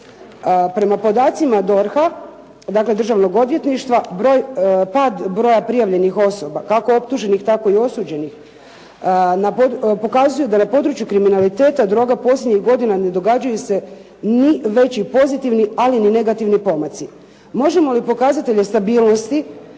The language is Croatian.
Prema podacima DORH-a, dakle Državnog odvjetništva pad broja prijavljenih osoba kako optuženih tako i osuđenih, pokazuju da na području kriminaliteta droga posljednjih godina ne događaju se ni veći pozitivni ali ni negativni pomaci. Možemo li pokazatelje stabilnosti